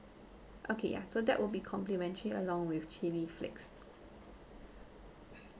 okay ya so that will be complimentary along with chilli flakes